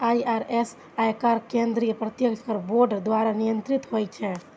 IRS, आयकर केंद्रीय प्रत्यक्ष कर बोर्ड द्वारा नियंत्रित होइ छै